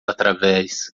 através